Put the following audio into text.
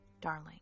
Darling